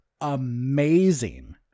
amazing